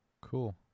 cool